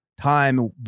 time